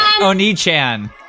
Oni-chan